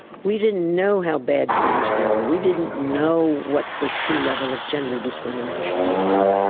we didn't know how bad things were, we didn't know what the true level of gender discrimination was.